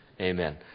Amen